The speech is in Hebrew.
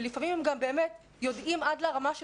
ולפעמים הם גם באמת יודעים עד לרמה של